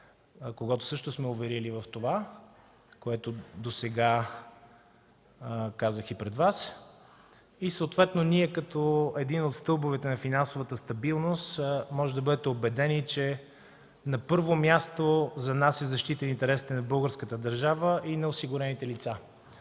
когото също сме уверили в това, което досега казах и пред Вас. И съответно, като един от стълбовете на финансовата стабилност, можете да бъдете убедени, че на първо място за нас е защитата на интересите на българската държава и на осигурените лица.